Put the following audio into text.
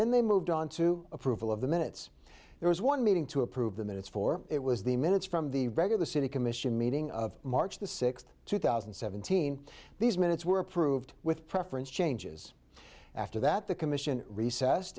then they moved on to approval of the minutes there was one meeting to approve the minutes for it was the minutes from the regular city commission meeting of march the sixth two thousand and seventeen these minutes were approved with preference changes after that the commission recessed